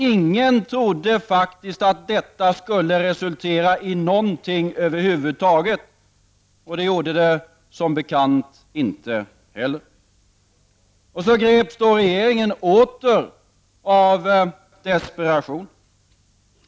Ingen trodde faktiskt att de kafferepen skulle resultera i någonting över huvud taget — det gjorde de som bekant inte heller. Så greps regeringen åter av desperation.